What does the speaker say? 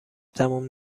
تموم